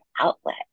outlet